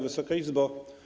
Wysoka Izbo!